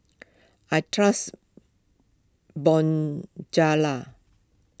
I trust Bonjela